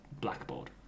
blackboard